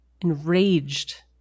enraged